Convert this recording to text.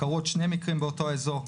קרו עוד שני מקרים באותו אזור.